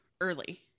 early